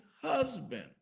husband